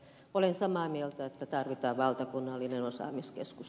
olen samaa mieltä että tarvitaan valtakunnallinen osaamiskeskus